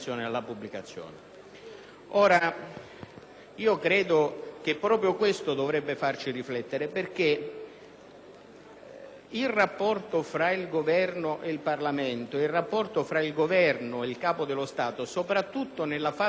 credo che proprio questo dovrebbe farci riflettere, perché il rapporto fra il Governo e il Parlamento e il rapporto fra il Governo e il Capo dello Stato, soprattutto nella fase eccezionale